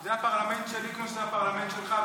זה הפרלמנט שלי כמו שזה הפרלמנט שלך,